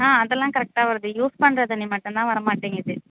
ஆ அதெல்லாம் கரெக்ட்டாக வருது யூஸ் பண்ணுற தண்ணி மட்டும்தான் வரமாட்டேங்குது